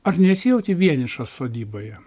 ar nesijauti vienišas sodyboje